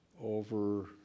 over